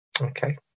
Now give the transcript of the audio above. Okay